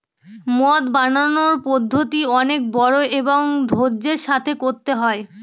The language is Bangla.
মদ বানানোর পদ্ধতি অনেক বড়ো এবং ধৈর্য্যের সাথে করতে হয়